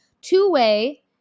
two-way